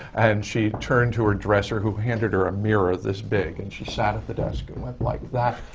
and she turned to her dresser who handed her a mirror this big, and she sat at the desk and went like that,